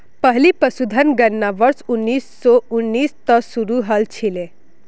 पहली पशुधन गणना वर्ष उन्नीस सौ उन्नीस त शुरू हल छिले